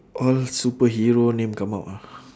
all superhero name come out ah